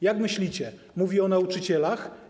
Jak myślicie, mówi o nauczycielach?